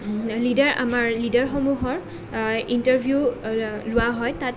leader আমাৰ লিডাৰসমূহৰ interview লোৱা হয় তাত